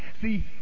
See